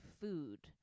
food